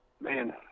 man